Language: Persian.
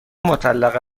مطلقه